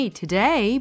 today